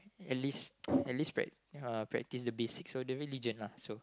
at least at least prac~ practice the basic of the religion lah